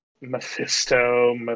Mephisto